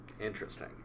Interesting